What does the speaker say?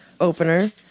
opener